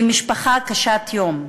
למשפחה קשת-יום.